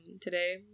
today